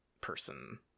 person